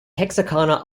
texarkana